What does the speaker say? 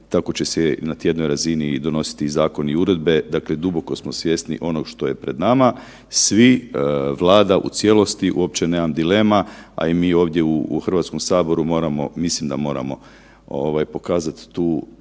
tako će se i na tjednoj razini i donositi i zakoni i uredbe. Dakle, duboko smo svjesni onog što je pred nama. Svi, Vlada u cijelosti, uopće nemam dilema, a i mi ovdje u HS moramo, mislim da moramo ovaj pokazat tu,